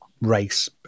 race